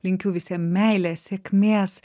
linkiu visiem meilės sėkmės